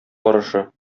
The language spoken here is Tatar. барышы